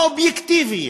האובייקטיביים,